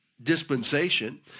dispensation